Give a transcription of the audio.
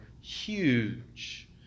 huge